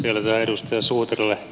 vielä edustaja suutarille